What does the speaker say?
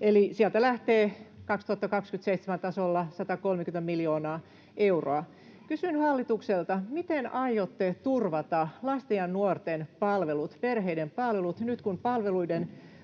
eli sieltä lähtee 2027 tasolla 130 miljoonaa euroa. Kysyn hallitukselta: miten aiotte turvata lasten ja nuorten palvelut, perheiden palvelut, nyt kun palveluiden